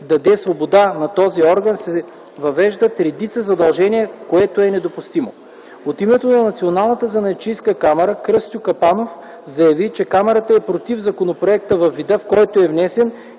даде свобода на този орган се въвеждат редица задължения, което е недопустимо. От името на Националната занаятчийска камара Кръстю Капанов заяви, че камарата е против законопроекта във вида, в който е внесен,